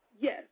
Yes